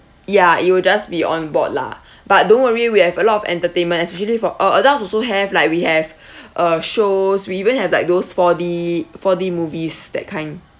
ya it will just be on board lah but don't worry we have a lot of entertainment especially for uh adults also have like we have uh shows we even have like those four D four D movies that kind